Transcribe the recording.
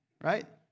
Right